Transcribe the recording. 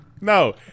No